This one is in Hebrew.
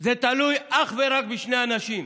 זה תלוי אך ורק בשני אנשים,